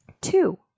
Two